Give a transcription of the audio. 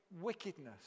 wickedness